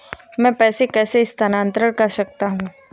मैं पैसे कैसे स्थानांतरण कर सकता हूँ?